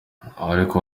ariko